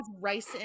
rice